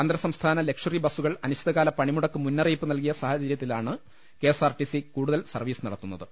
അന്തർസംസ്ഥാന ലക്ഷറി ബസുകൾ അനിശ്ചിതകാല പണിമുടക്ക് മുന്നറിയിപ്പ് നൽകിയ പശ്ചാ ത്തലത്തിലാണ് K S R T C കൂടുതൽ സർവീസ് നടത്തു ന്നത്